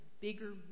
bigger